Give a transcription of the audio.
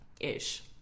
Ish